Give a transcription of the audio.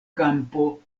kampo